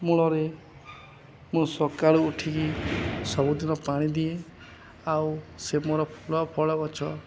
ମୂଳରେ ମୁଁ ସକାଳୁ ଉଠିକି ସବୁଦିନ ପାଣି ଦିଏ ଆଉ ସେ ମୋର ଫଳ ଫଳ ଗଛ